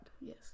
Yes